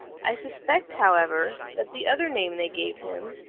i suspect however that the other name they gave him,